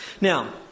Now